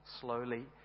slowly